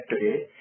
today